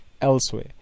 elsewhere